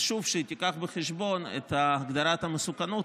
חשוב שהיא תביא בחשבון את הגדרת המסוכנות